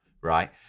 Right